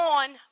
on